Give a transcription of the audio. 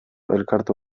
elkartu